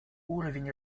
уровень